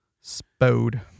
Spode